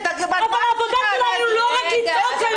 העבודה שלנו רק לצעוק עליהם?